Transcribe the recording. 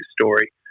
story